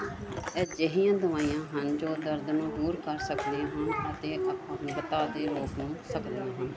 ਅਜਿਹੀਆਂ ਦਵਾਈਆਂ ਹਨ ਜੋ ਦਰਦ ਨੂੰ ਦੂਰ ਕਰ ਸਕਦੀਆਂ ਹਨ ਅਤੇ ਅਪੰਗਤਾ ਨੂੰ ਰੋਕ ਸਕਦੀਆਂ ਹਨ